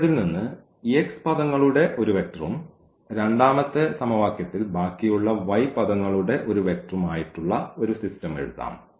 ആദ്യത്തെതിൽ നിന്ന് x പദങ്ങളുടെ ഒരു വെക്ടറും രണ്ടാമത്തെ സമവാക്യത്തിൽ ബാക്കിയുള്ള y പദങ്ങളുടെ ഒരു വെക്ടറും ആയിട്ടുള്ള ഒരു സിസ്റ്റം എഴുതാം